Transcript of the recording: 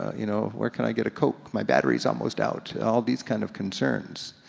you know where can i get a coke? my battery's almost out, all these kind of concerns.